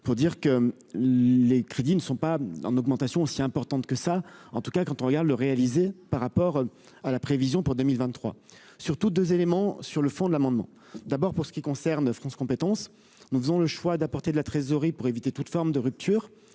pour dire que les crédits ne sont pas en augmentation aussi importante que ça, en tout cas, quand on regarde le réalisé par rapport à la prévision pour 2023 surtout 2 éléments sur le fond de l'amendement, d'abord pour ce qui concerne France compétences, nous faisons le choix d'apporter de la trésorerie pour éviter toute forme de rupture,